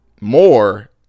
more